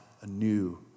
anew